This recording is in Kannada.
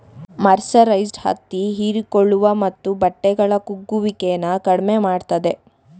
ಮರ್ಸರೈಸ್ಡ್ ಹತ್ತಿ ಹೀರಿಕೊಳ್ಳುವ ಮತ್ತು ಬಟ್ಟೆಗಳ ಕುಗ್ಗುವಿಕೆನ ಕಡಿಮೆ ಮಾಡ್ತದೆ